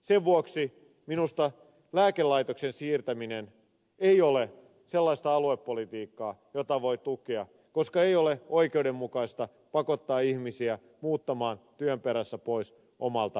sen vuoksi minusta lääkelaitoksen siirtäminen ei ole sellaista aluepolitiikkaa jota voi tukea koska ei ole oikeudenmukaista pakottaa ihmisiä muuttamaan työn perässä pois omalta kotiseudultaan